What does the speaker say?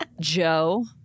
Joe